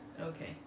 Okay